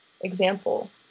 example